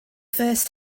first